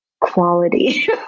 quality